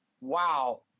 Wow